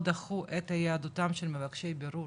או דחו את יהדותם של מבקשי בירור.